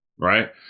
right